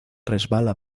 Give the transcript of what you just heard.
resbala